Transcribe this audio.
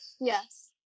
Yes